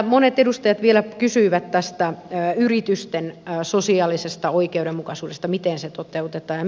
monet edustajat kysyivät yritysten sosiaalisesta oikeudenmukaisuudesta miten se toteutetaan